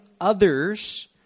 others